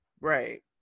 Right